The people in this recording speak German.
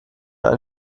ein